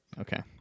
Okay